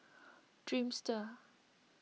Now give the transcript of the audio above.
Dreamster